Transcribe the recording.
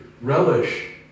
relish